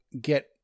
get